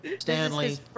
Stanley